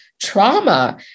trauma